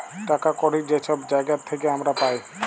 টাকা কড়হি যে ছব জায়গার থ্যাইকে আমরা পাই